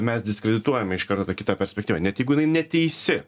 mes diskredituojame iš karto tą kitą perspektyvą net jeigu jinai neteisi